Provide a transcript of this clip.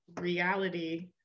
reality